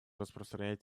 распространять